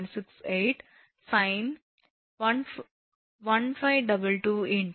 68 சின் 1522 × 487